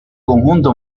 conjunto